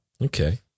Okay